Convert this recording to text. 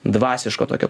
dvasiško tokio